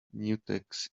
mutex